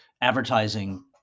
advertising